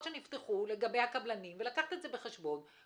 להגנת הסביבה שאותם פקחים מתעסקים בפסולת הסניטרית,